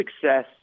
success